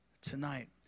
Tonight